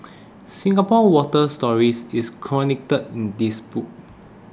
Singapore's water stories is chronicled in this book